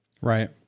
Right